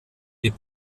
die